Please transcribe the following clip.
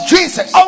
Jesus